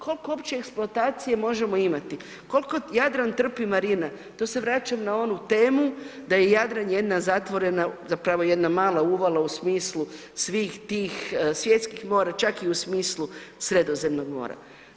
Koliko uopće eksploatacije možemo imati, koliko Jadran trpi marina, to se vraćam na onu temu da je Jadran jedna zatvorena, zapravo jedna mala uvala u smislu svih tih svjetskih mora, čak i u smislu Sredozemnog mora.